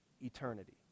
eternity